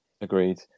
Agreed